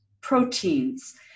proteins